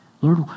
Lord